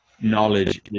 knowledge